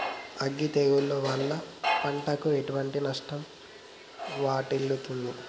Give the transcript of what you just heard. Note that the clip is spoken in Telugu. అగ్గి తెగులు వల్ల పంటకు ఎటువంటి నష్టం వాటిల్లుతది?